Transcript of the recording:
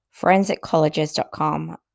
ForensicColleges.com